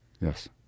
Yes